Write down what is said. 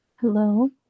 Hello